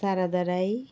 Sharada Rai